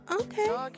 okay